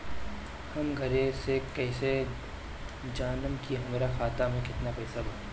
हम घरे से कैसे जानम की हमरा खाता मे केतना पैसा बा?